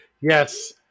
Yes